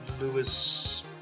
Lewis